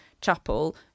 chapel